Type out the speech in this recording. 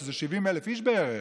שזה 70,000 איש בערך,